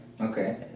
Okay